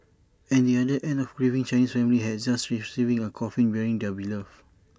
at the other end A grieving Chinese family had just received A coffin bearing their beloved